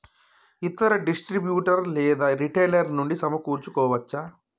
ఇతర డిస్ట్రిబ్యూటర్ లేదా రిటైలర్ నుండి సమకూర్చుకోవచ్చా?